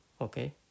okay